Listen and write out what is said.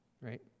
right